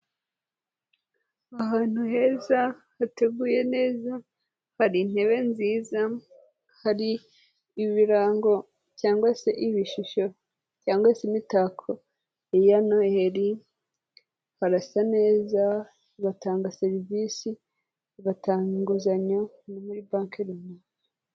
Ahantu heza hateguye neza, hari intebe nziza, hari ibirango cyangwa se ibishishyu cyangwa se imitako ya noheri, harasa neza batanga serivisi, batanga inguzanyo, no muri banki runaka.